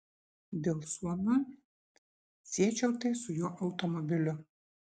dėl suomio siečiau tai su jo automobiliu